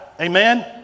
amen